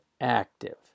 active